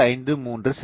753 செ